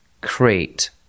create